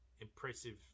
impressive